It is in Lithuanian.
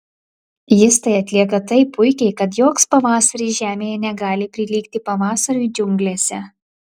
jis tai atlieka taip puikiai kad joks pavasaris žemėje negali prilygti pavasariui džiunglėse